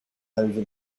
over